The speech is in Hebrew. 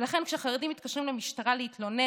ולכן כשהחרדים מתקשרים למשטרה להתלונן